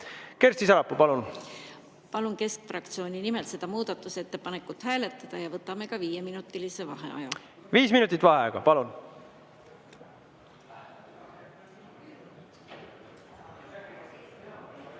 Kersti Sarapuu, palun! Palun keskfraktsiooni nimel seda muudatusettepanekut hääletada ja võtame ka viieminutilise vaheaja. Viis minutit vaheaega, palun!V